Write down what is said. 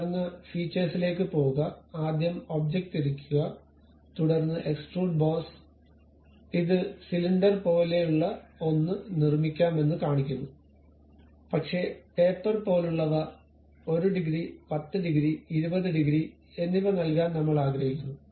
തുടർന്ന് ഫിച്ഴ്സിലേക്ക് പോകുക ആദ്യം ഒബ്ജക്റ്റ് തിരിക്കുക തുടർന്ന് എക്സ്ട്രൂഡ് ബോസ് ഇത് സിലിണ്ടർ പോലെയുള്ള ഒന്ന് നിർമ്മിക്കാമെന്ന് കാണിക്കുന്നു പക്ഷേ ടേപ്പർ പോലുള്ളവ 1 ഡിഗ്രി 10 ഡിഗ്രി 20 ഡിഗ്രി എന്നിവ നൽകാൻ നമ്മൾ ആഗ്രഹിക്കുന്നു